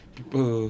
people